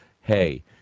hey